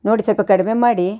ನೋಡಿ ಸ್ವಲ್ಪ ಕಡಿಮೆ ಮಾಡಿ